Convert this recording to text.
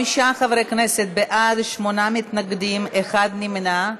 45 חברי כנסת בעד, שמונה מתנגדים, אחד נמנע.